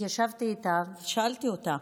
התיישבתי לידה ושאלתי אותה: